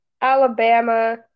Alabama